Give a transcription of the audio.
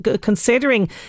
considering